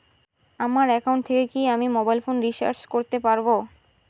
আমার একাউন্ট থেকে কি আমি মোবাইল ফোন রিসার্চ করতে পারবো?